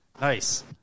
Nice